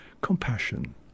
compassion